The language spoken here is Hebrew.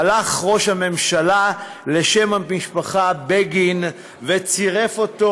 הלך ראש הממשלה לשם המשפחה בגין וצירף אותו,